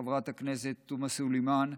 חברת הכנסת תומא סלימאן,